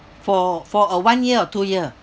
for for a one year or two year